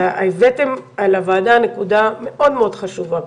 אז הבאתם לוועדה נקודה מאוד מאוד חשובה,